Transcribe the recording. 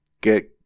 get